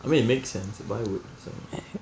I mean it makes sense why would someo~